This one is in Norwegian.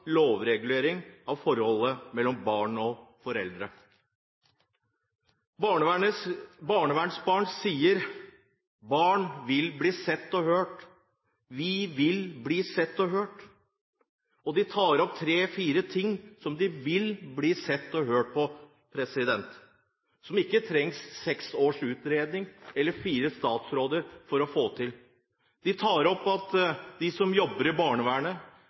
lovregulering av forholdet mellom barn og foreldre. Barnevernsbarn sier: Barn vil bli sett og hørt! Vi vil bli sett og hørt! Og de tar opp tre–fire ting de vil bli sett og hørt på, som man ikke trenger seks års utredning eller fire statsråder for å få til. De tar opp at de godt kan se for seg andre yrkesgrupper i barnevernet.